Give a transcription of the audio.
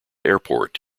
airport